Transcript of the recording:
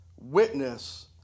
witness